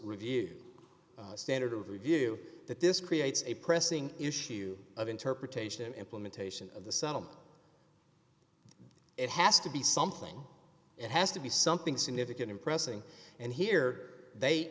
review the standard of review that this creates a pressing issue of interpretation implementation of the settlement it has to be something it has to be something significant in pressing and here they